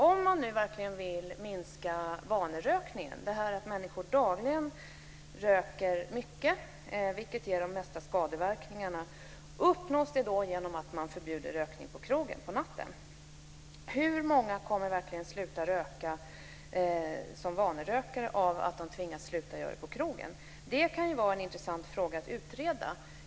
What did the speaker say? Om man nu verkligen vill minska vanerökningen - att människor dagligen röker mycket, vilket ger mest skadeverkningar - uppnås det då genom att förbjuda rökning på krogen på natten? Hur många vanerökare kommer att sluta röka därför att de tvingas sluta röka på krogen? Det kan vara en intressant sak att utreda.